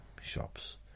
shops